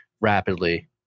rapidly